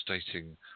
stating